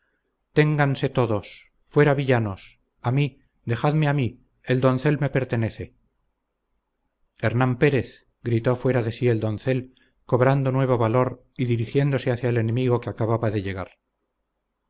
ténganse todos fuera villanos a mí dejádmele a mí el doncel me pertenece hernán pérez gritó fuera de sí el doncel cobrando nuevo valor y dirigiéndose hacia el enemigo que acababa de llegar